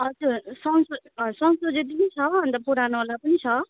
हजुर हजुर संशो हो संशोधित पनि छ अन्त पुरानो वाला पनि छ